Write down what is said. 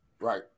Right